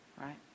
right